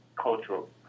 cultural